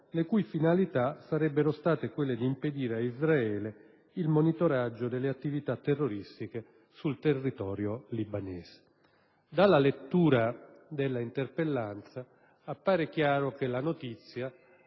le cui finalità sarebbero state quelle di impedire a Israele il monitoraggio delle attività terroristiche sul territorio libanese. Dalla lettura dell'interpellanza appare chiaro che la notizia,